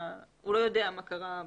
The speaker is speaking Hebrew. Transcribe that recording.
הוא לא יודע מה קרה בעסק,